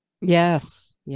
Yes